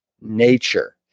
nature